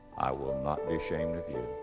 i will not be ashamed of you.